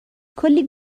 کلی